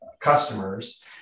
customers